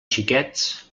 xiquets